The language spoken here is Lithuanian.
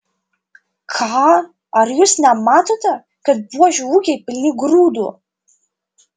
ką ar jūs nematote kad buožių ūkiai pilni grūdų